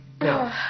No